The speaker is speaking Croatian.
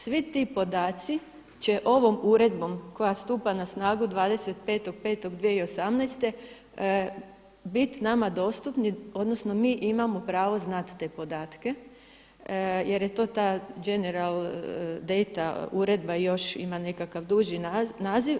Svi ti podaci će ovom uredbom koja stupa na snagu 25.5.2018. bit nama dostupni, odnosno mi imamo pravo znati te podatke, jer je to ta General dana uredba još ima nekakav duži naziv.